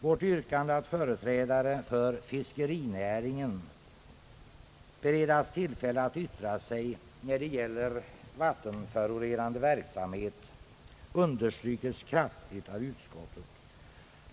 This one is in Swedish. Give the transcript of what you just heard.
Vårt yrkande att företrädare för fiskerinäringen skall beredas tillfälle att yttra sig, när det gäller vattenförorenande verksamhet, understrykes kraftigt av utskottet.